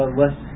less